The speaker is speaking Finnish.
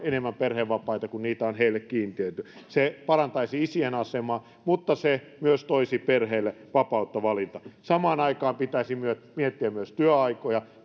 enemmän perhevapaita nimenomaan silloin kun niitä on heille kiintiöity se parantaisi isien asemaa mutta se myös toisi perheelle vapautta valita samaan aikaan pitäisi miettiä myös työaikoja